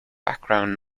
background